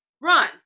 Run